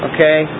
Okay